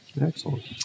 Excellent